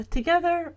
Together